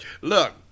Look